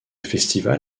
festival